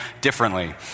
differently